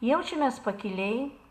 jaučiamės pakiliai